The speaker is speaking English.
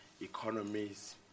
economies